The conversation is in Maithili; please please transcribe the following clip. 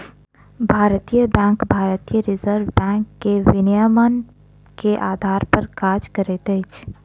भारतीय बैंक भारतीय रिज़र्व बैंक के विनियमन के आधार पर काज करैत अछि